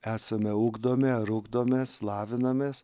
esame ugdomi ar ugdomės lavinamės